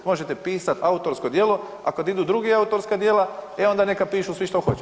Možete pisati autorsko djelo a kad idu druga autorska djela e onda neka pišu svi što hoću.